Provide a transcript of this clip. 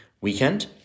weekend